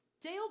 Dale